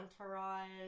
entourage